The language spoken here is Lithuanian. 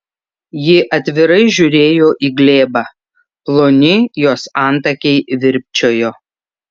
ji atvirai žiūrėjo į glėbą ploni jos antakiai virpčiojo